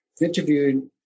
interviewed